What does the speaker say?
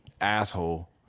asshole